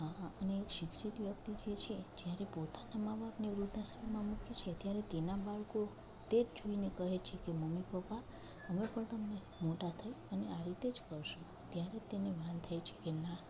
આ આપણને એક શિક્ષિત વ્યક્તિ જે છે જ્યારે પોતાના મા બાપ ને વૃદ્ધાશ્રમમાં મોકલે છે ત્યારે તેના બાળકો તેજ જોઈને કહે છે કે મમ્મી પપ્પા હવે પણ તમને મોટા થાવ અને આ રીતે જ કરશું ત્યારે તેને માન થાય છે કે ના